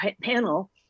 panel